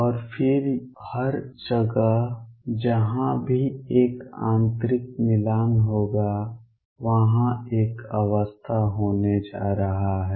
और फिर हर जगह जहां भी एक आंतरिक मिलान होगा वहां एक अवस्था होने जा रहा है